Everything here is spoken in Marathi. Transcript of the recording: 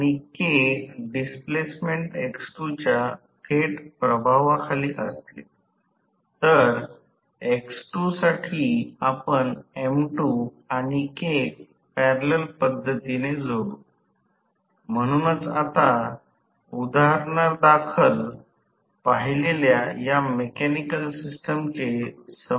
तर मी आकृती या पुस्तकातून घेतलि आहे हा भाग हा मोटारींग चा भाग आहे ज्याला हा साइड ब्रेकिंग भाग लिहिला गेला आहे आणि ही ब्रेकिंग पदधत आहे आणि ही अधिक उत्पन्न करीत आहे आणि ही मोटारिंग पदधत आहे